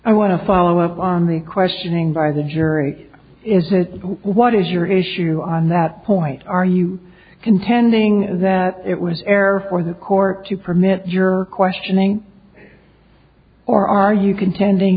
i want to follow up on the questioning by the jury is it what is your issue on that point are you contending that it was error for the court to permit your questioning or are you contending